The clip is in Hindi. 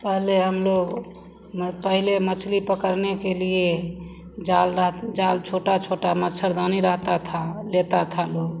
पहले हमलोग पहले मछली पकड़ने के लिए जाल दाल छोटी छोटी मच्छरदानी रहती थी लेता था लोग